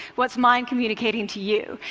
what's mine communicating to you?